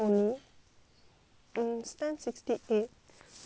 um stand sixty eight the tank thirty